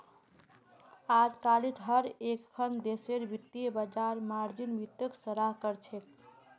अजकालित हर एकखन देशेर वित्तीय बाजार मार्जिन वित्तक सराहा कर छेक